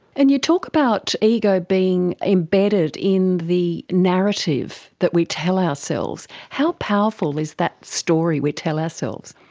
and you talk about ego being embedded in the narrative that we tell ourselves. how powerful is that story we tell ourselves?